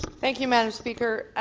thank you, madam speaker.